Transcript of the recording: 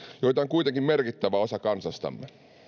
kuitenkin merkittävä osa kansastamme